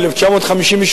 ב-1958.